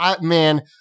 Man